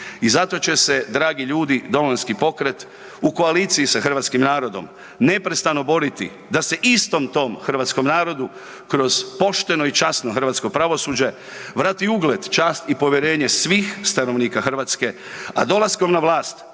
I zato će se, dragi ljudi, Domovinski pokret u koaliciji sa hrvatskim narodom neprestano boriti da se istom tom hrvatskom narodu kroz pošteno i časno hrvatsko pravosuđe vrati ugled, čast i povjerenje svih stanovnika Hrvatske, a dolaskom na vlast